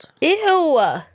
Ew